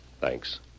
Thanks